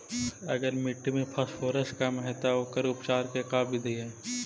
अगर मट्टी में फास्फोरस कम है त ओकर उपचार के का बिधि है?